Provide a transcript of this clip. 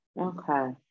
okay